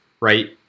right